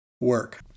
work